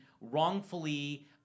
wrongfully